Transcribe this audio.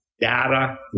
Data